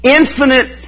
infinite